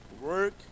Work